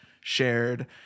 shared